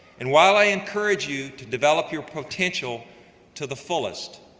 and while i encourage you to develop your potential to the fullest,